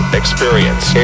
experience